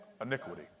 iniquity